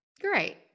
Great